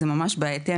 זה ממש בעייתי,